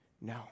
No